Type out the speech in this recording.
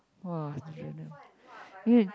!wah! I don't know